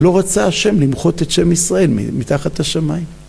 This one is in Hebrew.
לא רצה השם למחות את שם ישראל מתחת השמיים.